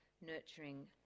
nurturing